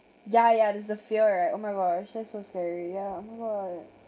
ya ya there's the fear right oh my gosh that's so scary ya oh my god